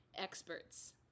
experts